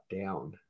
down